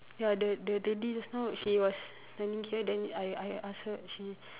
ya the the the lady just now she was standing here then I I I ask her she